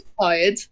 tired